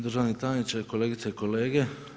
Državni tajniče, kolegice i kolege.